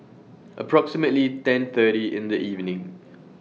approximately ten thirty in The evening